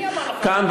הפלסטינית כאן,